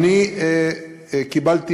קיבלתי